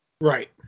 Right